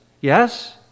Yes